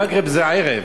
מגרב זה ערב.